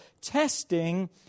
testing